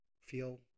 feel